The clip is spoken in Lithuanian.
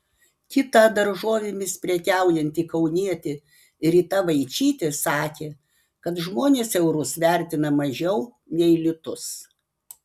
kita daržovėmis prekiaujanti kaunietė rita vaičytė sakė kad žmonės eurus vertina mažiau nei litus